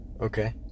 Okay